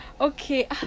Okay